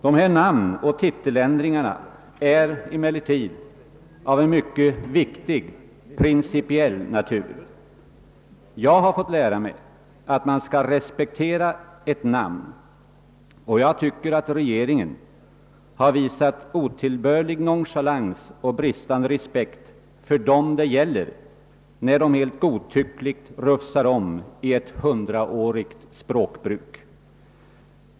Dessa namnoch titeländringar har emellertid en mycket viktig principiell natur. Jag har fått lära mig att man skall respektera ett namn, och jag tycker att regeringen har visat otillbörlig nonchalans mot och bristande respekt för dem det gäller, när den helt godtyckligt rufsar om i ett hundraårigt språkbruk.